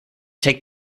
take